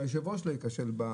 שהיושב ראש לא יכשל.